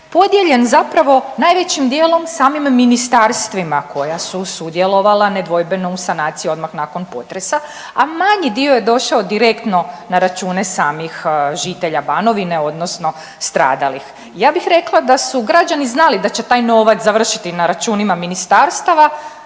podijeljen zapravo najvećim dijelom samim ministarstvima koja su sudjelovala nedvojbeno u sanaciji odmah nakon potresa, a manji dio je došao direktno na račune samih žitelja Banovine odnosno stradalih. Ja bih rekla da su građani znali da će taj novac završiti na računima ministarstava